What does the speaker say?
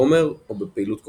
בחומר או בפעילות כלשהם.